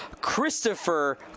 Christopher